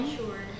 sure